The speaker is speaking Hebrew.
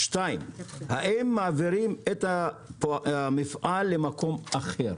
שנית, האם מעבירים את המפעל למקום אחר?